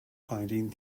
finding